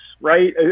right